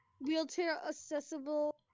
wheelchair-accessible